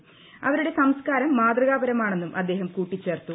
പിർഅവരുടെ സംസ്കാരം മാതൃകാപരമാണെന്നും അദ്ദേഹം കൂട്ടിച്ചേർത്തു